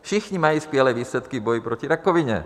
Všichni mají skvělé výsledky v boji proti rakovině.